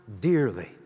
dearly